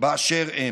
באשר הם.